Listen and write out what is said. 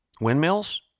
Windmills